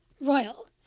Royal